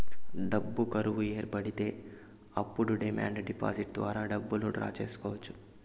డబ్బు కరువు ఏర్పడితే అప్పుడు డిమాండ్ డిపాజిట్ ద్వారా డబ్బులు డ్రా చేసుకోవచ్చు